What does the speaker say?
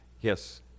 yes